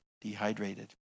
dehydrated